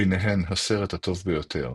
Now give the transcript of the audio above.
ביניהם הסרט הטוב ביותר,